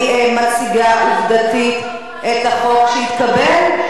אני מציגה עובדתית את החוק שהתקבל.